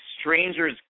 strangers